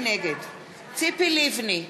נגד ציפי לבני,